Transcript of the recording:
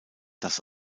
das